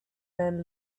man